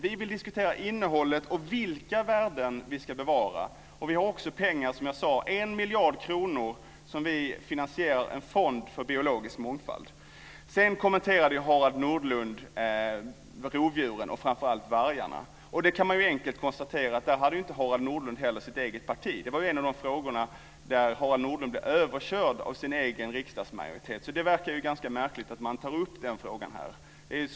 Vi vill diskutera innehållet och vilka värden vi ska bevara. Vi har också pengar, som jag sade. Vi har en miljard kronor, som vi finansierar, för en fond för biologisk mångfald. Sedan kommenterade Harald Nordlund rovdjuren, och framför allt vargarna. Där kan man enkelt konstatera att Harald Nordlund inte hade med sig sitt eget parti. Det var en av de frågor där Harald Nordlund blev överkörd av sin egen riksdagsmajoritet. Det verkar ju ganska märkligt att han tar upp den frågan här.